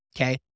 okay